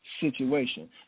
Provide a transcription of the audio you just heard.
situation